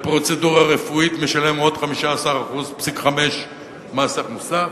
לפרוצדורה רפואית משלם עוד 15.5% מס ערך מוסף.